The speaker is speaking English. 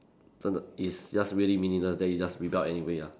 真的 it's just really meaningless then you rebelled anyway ah